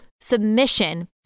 submission